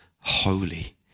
holy